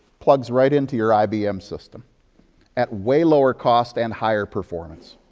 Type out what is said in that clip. plugs right into your ibm system at way lower cost and higher performance.